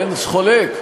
אין חולק.